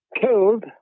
killed